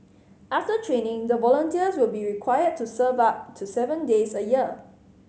after training the volunteers will be required to serve up to seven days a year